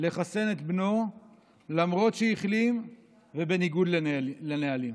לחסן את בנו למרות שהחלים ובניגוד לנהלים.